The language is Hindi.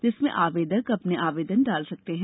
जिसमें आवेदक अपने आवेदन डाल सकते हैं